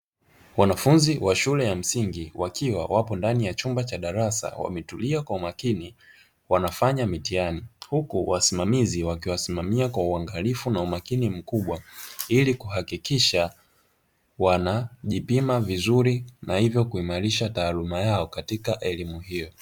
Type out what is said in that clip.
Wanafunzi wa shule ya msingi wakiwa wapo ndani ya chumba cha darasa wametulia kwa umakini, wanafanya mitihani, huku wasimamizi wakiwasimamia kwa uangalifu mkubwa, ili kuhakikisha wanajipima vizuri, na hivyo kuimarisha taaluma yao katika elimu hiyo.